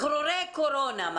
אני מדברת על שחרורי קורונה,